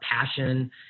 passion